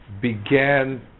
began